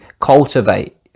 cultivate